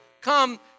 come